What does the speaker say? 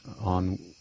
on